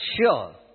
sure